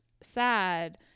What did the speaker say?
sad